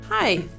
Hi